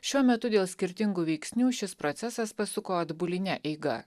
šiuo metu dėl skirtingų veiksnių šis procesas pasuko atbuline eiga